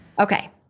Okay